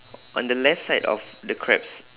o~ on the left side of the crab's